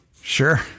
Sure